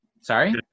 Sorry